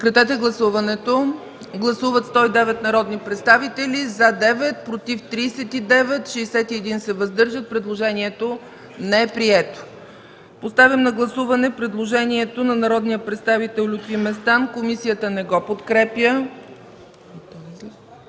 не го подкрепя. Гласували 109 народни представители: за 9, против 39, въздържали се 61. Предложението не е прието. Поставям на гласуване предложението на народния представител Лютви Местан. Комисията не го подкрепя.